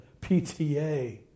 PTA